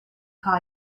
call